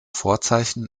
vorzeichen